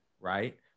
right